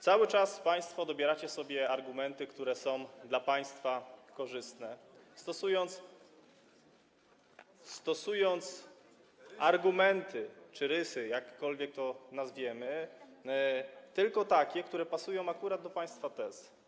Cały czas państwo dobieracie sobie argumenty, które są dla państwa korzystne, i stosujecie argumenty czy rysy, jakkolwiek to nazwiemy, tylko takie, które pasują akurat do państwa tez.